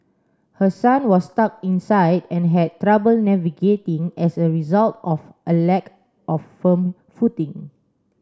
her son was stuck inside and had trouble navigating as a result of a lack of firm footing